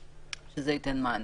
וזה ייתן מענה.